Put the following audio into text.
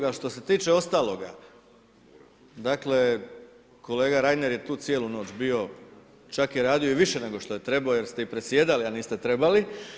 A što se tiče ostaloga, dakle kolega Reiner je tu cijelu noć bio, čak je radio i više nego što je trebao jer ste i predsjedali a niste trebali.